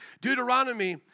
Deuteronomy